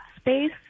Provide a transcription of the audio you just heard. space